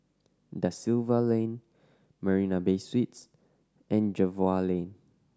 Da Silva Lane Marina Bay Suites and Jervois Lane